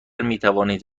میتوانید